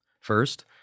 First